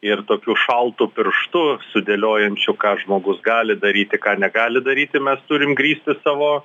ir tokiu šaltu pirštu sudėliojančiu ką žmogus gali daryti ką negali daryti mes turim grįsti savo